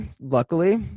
luckily